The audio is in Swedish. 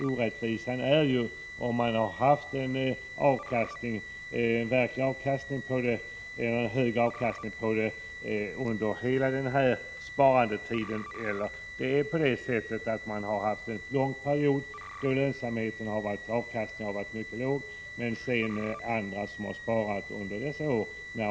Orättvisan hänger samman med om man har haft en hög avkastning på pengarna under hela spartiden eller om avkastningen har varit mycket låg under en lång period.